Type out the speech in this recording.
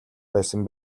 байсан